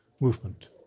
movement